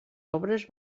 obres